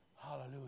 Hallelujah